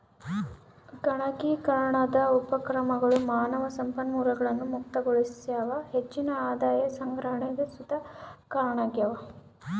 ಗಣಕೀಕರಣದ ಉಪಕ್ರಮಗಳು ಮಾನವ ಸಂಪನ್ಮೂಲಗಳನ್ನು ಮುಕ್ತಗೊಳಿಸ್ಯಾವ ಹೆಚ್ಚಿನ ಆದಾಯ ಸಂಗ್ರಹಣೆಗ್ ಸುತ ಕಾರಣವಾಗ್ಯವ